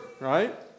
right